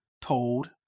told